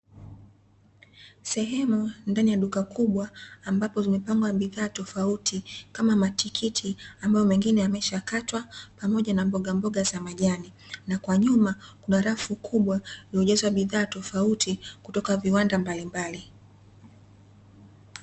Sehemu ndani ya duka kubwa, ambapo zimepangwa bidhaa tofauti kama matikiti ambayo mengine yameshakatwa, pamoja na mboga mboga za majani. Na kwa nyuma kuna rafu kubwa iliyojazwa bidhaa tofauti kutoka viwanda mbalimbali.